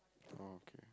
oh okay